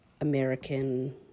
American